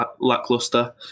lackluster